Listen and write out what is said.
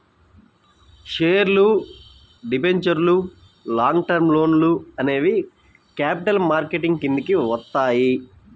షేర్లు, డిబెంచర్లు, long term లోన్లు అనేవి క్యాపిటల్ మార్కెట్ కిందికి వత్తయ్యి